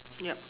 yup